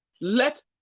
let